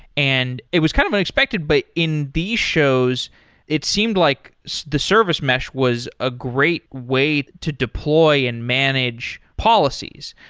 and it was kind of unexpected, but in these shows it seemed like the service mesh was a great way to deploy and manage policies.